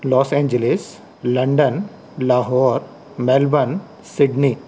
Los Angeles London Lahore Melbourne Sydney